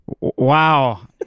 wow